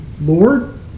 Lord